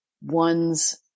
one's